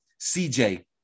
CJ